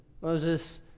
Moses